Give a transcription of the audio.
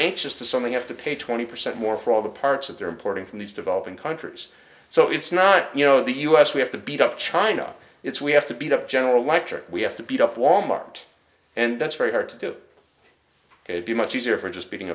anxious to something have to pay twenty percent more for all the parts of their importing from these developing countries so it's not you know the u s we have to beat up china it's we have to beat up general electric we have to beat up wal mart and that's very hard to do and be much easier for just beating